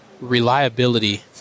reliability